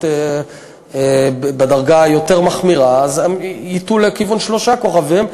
בדרגה היותר-מחמירה ייטו לכיוון שלושה כוכבים.